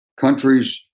countries